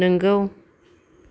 नोंगौ